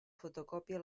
fotocòpia